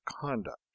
conduct